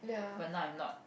but now I'm not